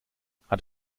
hat